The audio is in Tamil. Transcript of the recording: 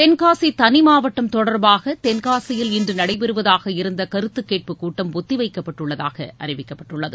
தென்காசி தனிமாவட்டம் தொடர்பாக தென்காசியில் இன்று நடைபெறுவதாக இருந்த கருத்து கேட்பு கூட்டம் ஒத்திவைக்கப்பட்டுள்ளதாக அறிவிக்கப்பட்டுள்ளது